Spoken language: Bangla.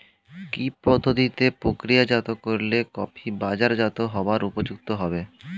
কি পদ্ধতিতে প্রক্রিয়াজাত করলে কফি বাজারজাত হবার উপযুক্ত হবে?